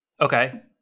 Okay